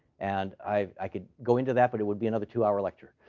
and i could go into that, but it would be another two-hour lecture.